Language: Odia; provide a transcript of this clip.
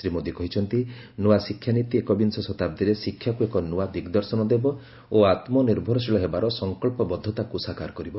ଶ୍ରୀ ମୋଦୀ କହିଛନ୍ତି ନୂଆ ଶିକ୍ଷାନୀତି ଏକବିଂଶ ଶତାବ୍ଦୀରେ ଶିକ୍ଷାକୁ ଏକ ନୂଆ ଦିଗ୍ଦର୍ଶନ ଦେବ ଓ ଆତ୍ମନିର୍ଭରଶୀଳ ହେବାର ସଂକଳ୍ପବଦ୍ଧତାକୁ ସାକାର କରିବ